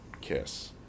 kiss